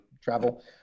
travel